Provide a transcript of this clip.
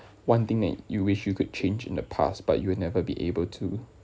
one thing that you wish you could change in the past but you will never be able to